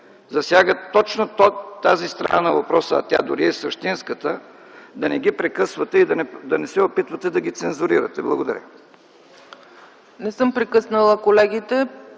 засягат точно тази страна на въпроса, а тя дори е същинската, да не ги прекъсвате и да не се опитвате да ги цензурирате. Благодаря. ПРЕДСЕДАТЕЛ ЦЕЦКА